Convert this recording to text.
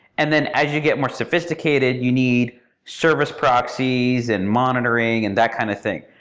and then, as you get more sophisticated, you need service proxies, and monitoring, and that kind of thing.